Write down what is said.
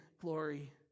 glory